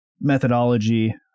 methodology